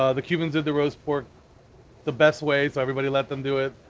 ah the cubans did the roast pork the best way, so everybody let them do it.